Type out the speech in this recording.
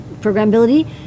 programmability